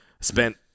spent